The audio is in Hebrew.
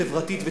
חברתית וצרכנית,